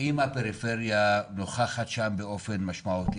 האם הפריפריה נוכחת שם באופן משמעותי?